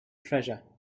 treasure